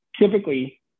typically